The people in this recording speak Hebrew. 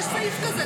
הסמכויות.